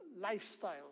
lifestyle